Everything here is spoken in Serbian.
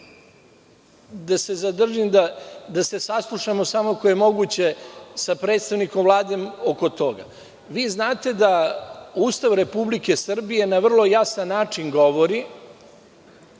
da se zadržim i da se saslušamo samo ako je moguće sa predstavnikom Vlade oko toga. Vi znate da Ustav Republike Srbije na vrlo jasan način govori